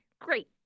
Great